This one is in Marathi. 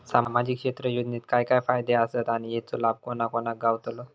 सामजिक क्षेत्र योजनेत काय काय फायदे आसत आणि हेचो लाभ कोणा कोणाक गावतलो?